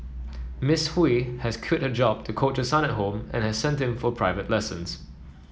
Miss Hui has quit her job to coach her son at home and has sent him for private lessons